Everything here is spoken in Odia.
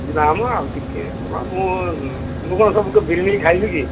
ନା ମ ଆଉ ଟିକିଏ ମୁଁ କ'ଣ ସବୁ ତୋ ବିରି ନେଇକି ଖାଇଯିବି କି